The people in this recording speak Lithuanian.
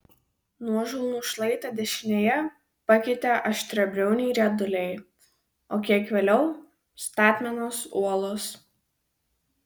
nuožulnų šlaitą dešinėje pakeitė aštriabriauniai rieduliai o kiek vėliau statmenos uolos